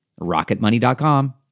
rocketmoney.com